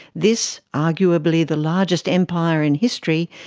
this, arguably the largest empire in history,